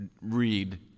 read